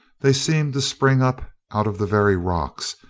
they seemed to spring up out of the very rocks,